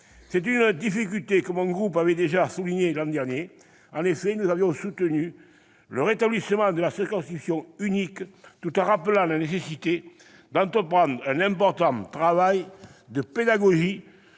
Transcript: C'est une difficulté que mon groupe avait déjà soulignée l'année dernière. En effet, nous avions alors soutenu le rétablissement de la circonscription unique, tout en rappelant la nécessité d'entreprendre un important travail de pédagogie